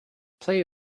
play